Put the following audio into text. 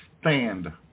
stand